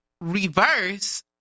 reverse